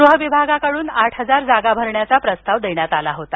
गृह विभागाकडून आठ हजार जागा भरण्याचा प्रस्ताव देण्यात आला होता